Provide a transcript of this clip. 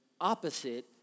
opposite